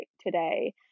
today